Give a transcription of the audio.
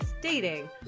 dating